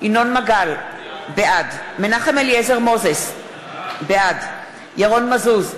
ינון מגל, בעד מנחם אליעזר מוזס, בעד ירון מזוז,